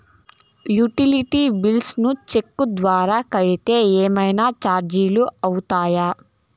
Utility bills ను cheque ద్వారా కట్టితే ఏమన్నా చార్జీలు అవుతాయా?